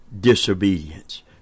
disobedience